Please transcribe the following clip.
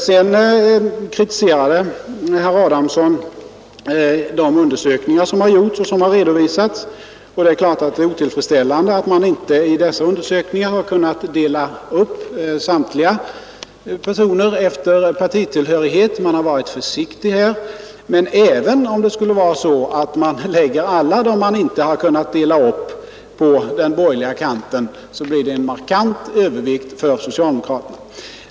Sedan kritiserade herr Adamsson de undersökningar som gjorts och redovisats. Det är klart att det är otillfredsställande att man i dessa undersökningar inte kunnat dela upp samtliga personer efter partitillhörighet. Man har varit försiktig härvidlag. Men även om det skulle vara så att alla som inte kunnat delas upp läggs på den borgerliga kanten, blir det ändå en markant övervikt för socialdemokraterna.